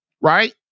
Right